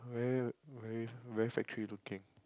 very very very factory looking